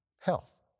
health